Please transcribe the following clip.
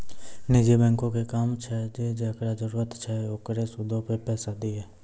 निजी बैंको के काम छै जे जेकरा जरुरत छै ओकरा सूदो पे पैसा दिये